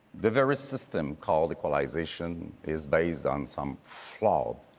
the very system called equalization is based on some flawed